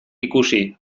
ikusi